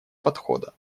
подхода